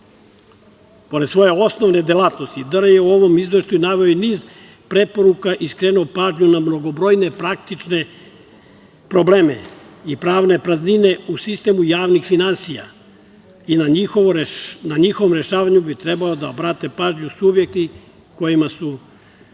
Pored svoje osnovne delatnosti DRI je u ovom izveštaju naveo i niz preporuka i skrenuo pažnju na mnogobrojne praktične probleme i pravne praznine u sistemu javnih finansija i na njihovom rešavanju bi trebalo da obrate pažnju subjekti kojima su